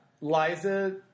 Liza